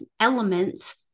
elements